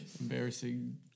Embarrassing